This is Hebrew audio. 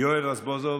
יואל רזבוזוב,